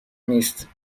نیست